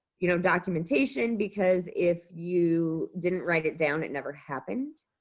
you know documentation. because if you didn't write it down it never happened.